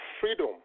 Freedom